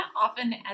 often